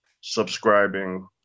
subscribing